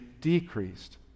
decreased